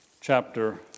chapter